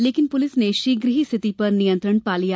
लेकिन पुलिस ने शीघ्र ही स्थिति पर नियंत्रण पा लिया